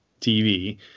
TV